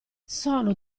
sono